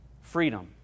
Freedom